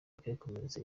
bakikomereza